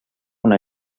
una